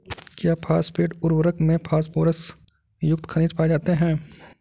क्या फॉस्फेट उर्वरक में फास्फोरस युक्त खनिज पाए जाते हैं?